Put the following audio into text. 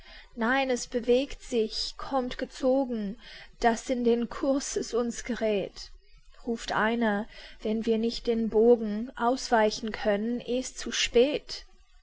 nein es bewegt sich kommt gezogen daß in den kurs es uns geräth ruft einer wenn wir nicht im bogen ausweichen können eh's zu spät